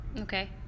okay